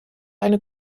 eine